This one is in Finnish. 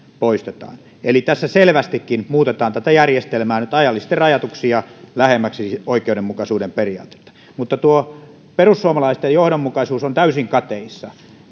poistetaan eli tässä selvästikin muutetaan tätä järjestelmää nyt ajallisesti rajatuksi ja lähemmäksi oikeudenmukaisuuden periaatetta mutta perussuomalaisten johdonmukaisuus on täysin kateissa